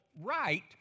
right